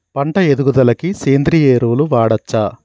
పంట ఎదుగుదలకి సేంద్రీయ ఎరువులు వాడచ్చా?